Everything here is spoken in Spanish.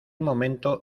momento